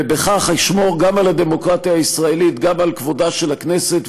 ובכך ישמור גם על הדמוקרטיה הישראלית וגם על כבודה של הכנסת,